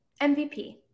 MVP